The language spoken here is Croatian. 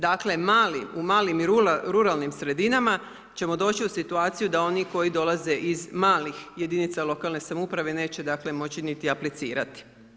Dakle, u malim ruralnim sredinama, ćemo doći u situaciju da oni koji dolaze iz malih jedinice lokalne samouprave, neće dakle, moći niti aplicirati.